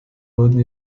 wurden